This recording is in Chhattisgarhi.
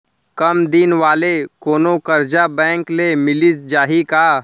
कम दिन वाले कोनो करजा बैंक ले मिलिस जाही का?